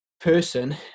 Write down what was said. person